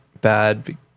bad